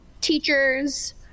teachers